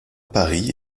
paris